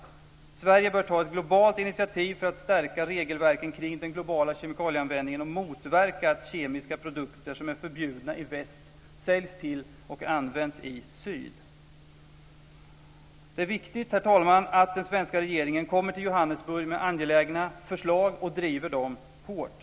Sverige bör ta ett globalt initiativ för att stärka regelverken kring den globala kemikalieanvändningen och motverka att kemiska produkter som är förbjudna i väst säljs till och används i syd. Det är, herr talman, viktigt att den svenska regeringen kommer till Johannesburg med angelägna förslag och driver dem hårt.